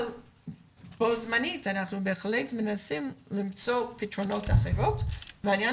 אבל בו זמנית אנחנו בהחלט מנסים למצוא פתרונות אחרים והעניין